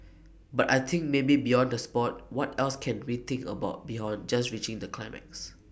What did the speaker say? but I think maybe beyond the Sport what else can we think about beyond just reaching that climax